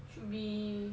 should be